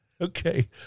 Okay